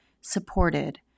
supported